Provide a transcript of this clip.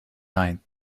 ninth